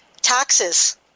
Taxes